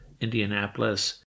Indianapolis